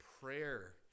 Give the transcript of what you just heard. prayer